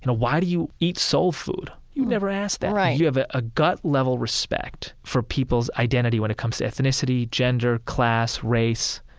why do you eat soul food? you'd never ask that right you have a ah gut-level respect for people's identity when it comes to ethnicity, gender, class, race.